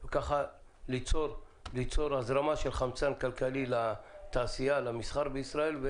וכך ליצור הזרמה של חמצן כלכלי לתעשייה ולמסחר בישראל.